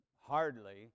hardly